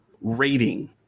Rating